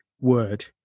word